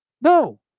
No